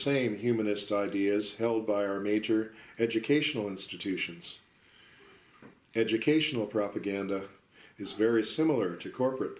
same humanist ideas held by our major ready educational institutions educational propaganda is very similar to corporate